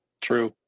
True